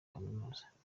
kaminuza